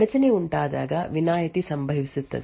enclave mode ನಲ್ಲಿರುವಾಗ ಅಡಚಣೆ ಉಂಟಾದಾಗ ವಿನಾಯಿತಿ ಸಂಭವಿಸುತ್ತದೆ